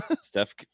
Steph